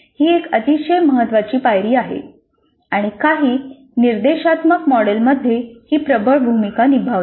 ही एक अतिशय महत्वाची पायरी आहे आणि काही निर्देशात्मक मॉडेल्समध्ये ही प्रबळ भूमिका निभावते